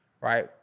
right